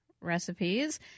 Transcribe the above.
recipes